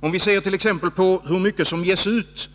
Om vi ser t.ex. på hur mycket som ges ut